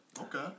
Okay